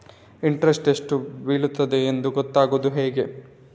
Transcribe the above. Interest ಎಷ್ಟು ಬೀಳ್ತದೆಯೆಂದು ಗೊತ್ತಾಗೂದು ಹೇಗೆ?